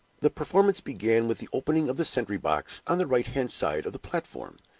the performance began with the opening of the sentry-box on the right-hand side of the platform,